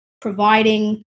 providing